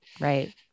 Right